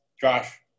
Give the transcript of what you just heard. Josh